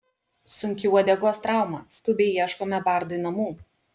sunki uodegos trauma skubiai ieškome bardui namų